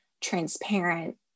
transparent